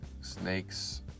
snakes